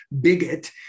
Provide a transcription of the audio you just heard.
bigot